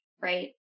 right